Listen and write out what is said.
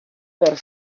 per